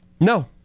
No